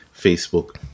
Facebook